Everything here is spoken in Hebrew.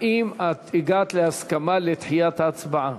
האם הגעת להסכמה עם הממשלה על דחיית ההצבעה?